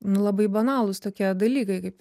nu labai banalūs tokie dalykai kaip